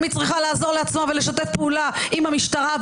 גם היא צריכה לעזור לעצמה ולשתף פעולה עם המשטרה,